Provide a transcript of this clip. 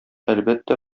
әлбәттә